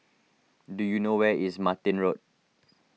do you know where is Martin Road